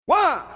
One